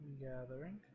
gathering